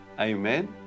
amen